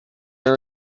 are